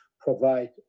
provide